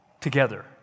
together